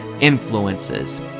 influences